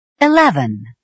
Eleven